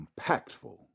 impactful